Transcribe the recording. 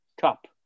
cup